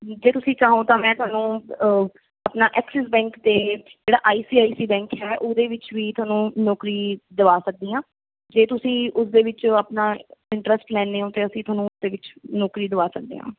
ਜੇ ਤੁਸੀਂ ਚਾਹੋ ਤਾਂ ਮੈਂ ਤੁਹਾਨੂੰ ਆਪਣਾ ਐਕਸਿਸ ਬੈਂਕ ਅਤੇ ਜਿਹੜਾ I C I C bank ਹੈ ਉਹਦੇ ਵਿੱਚ ਵੀ ਤੁਹਾਨੂੰ ਨੌਕਰੀ ਦਵਾ ਸਕਦੀ ਹਾਂ ਜੇ ਤੁਸੀਂ ਉਸਦੇ ਵਿੱਚ ਆਪਣਾ ਇੰਟਰਸਟ ਲੈਂਦੇ ਹੋ ਤਾਂ ਅਸੀਂ ਤੁਹਾਨੂੰ ਉਸਦੇ ਵਿੱਚ ਨੌਕਰੀ ਦਵਾ ਸਕਦੇ ਹਾਂ